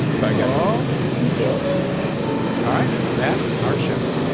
thank all you do all right. that is our show.